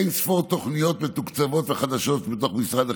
אין-ספור תוכניות מתוקצבות וחדשות בתוך משרד החינוך,